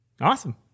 awesome